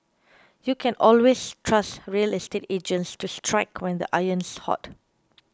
you can always trust real estate agents to strike when the iron's hot